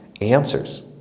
answers